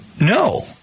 No